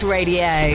Radio